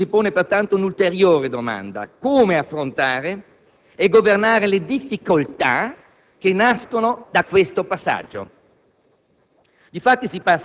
Come dicevo all'inizio, si pone pertanto un'ulteriore domanda, come affrontare e governare le difficoltà che nascono da questo passaggio.